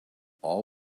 all